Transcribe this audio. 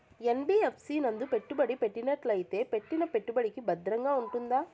NBFC నందు పెట్టుబడి పెట్టినట్టయితే పెట్టిన పెట్టుబడికి భద్రంగా ఉంటుందా?